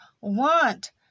want